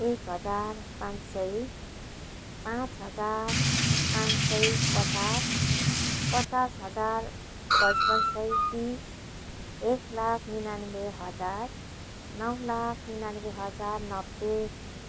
एक हजार पाँच सय पाँच हजार पाँच सय पचास पचास हजार पच्पन्न सय तिस एक लाख निनानब्बे हजार नौ लाख निनानब्बे हजार नब्बे